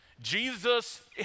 Jesus